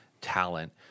talent